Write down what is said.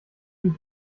dich